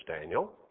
Daniel